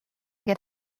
get